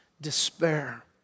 despair